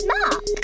Mark